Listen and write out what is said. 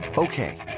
Okay